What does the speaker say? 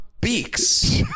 Beaks